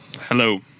Hello